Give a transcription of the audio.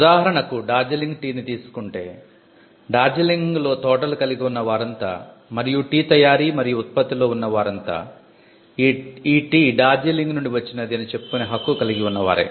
ఉదాహరణకు డార్జిలింగ్ టీ ని తీసుకుంటే డార్జిలింగ్లో తోటలు కలిగి ఉన్న వారంతా మరియు టీ తయారీ మరియు ఉత్పత్తిలో ఉన్న వారంతా ఈ టీ డార్జిలింగ్ నుండి వచ్చినది అని చెప్పుకునే హక్కు కలిగి ఉన్న వారే